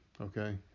Okay